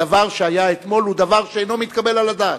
הדבר שהיה אתמול הוא דבר שאינו מתקבל על הדעת.